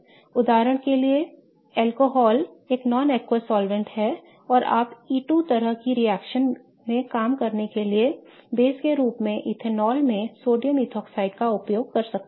उदाहरण के लिए अल्कोहल एक गैर जलीय विलायक है और आप E2 तरह की रिएक्शन में काम करने के लिए बेस के रूप में इथेनॉल में सोडियम एथोक्साइड का उपयोग कर सकते हैं